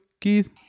Keith